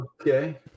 Okay